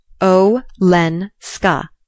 Olenska